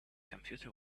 computer